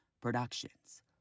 Productions